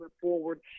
forward